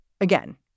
Again